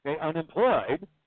unemployed